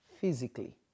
physically